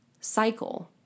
cycle